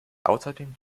außerdem